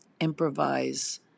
improvise